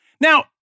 Now